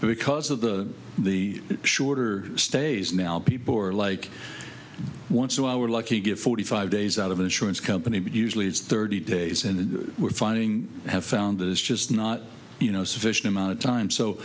because of the the shorter stays now people who are like want to our lucky get forty five days out of an insurance company but usually it's thirty days and we're finding have found is just not you know sufficient amount of time so